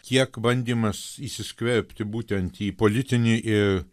kiek bandymas įsiskverbti būtent į politinį ir